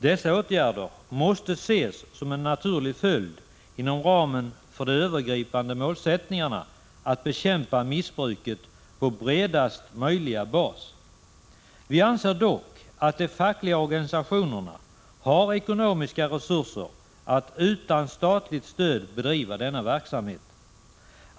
Dessa åtgärder måste ses som en naturlig följd inom ramen för de övergripande målsättningarna att bekämpa missbruket på bredaste möjliga bas. Vi anser dock att de fackliga organisationerna har ekonomiska resurser att utan statligt stöd bedriva denna verksamhet.